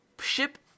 ship